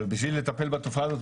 אבל בשביל לטפל בתופעה הזאת,